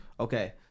Okay